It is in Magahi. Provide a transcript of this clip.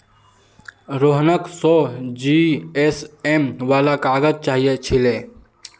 रोहनक सौ जीएसएम वाला काग़ज़ चाहिए छिले